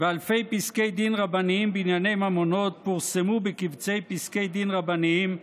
ואלפי פסקי דין רבניים בענייני ממונות פורסמו בקובצי פסקי דין רבניים,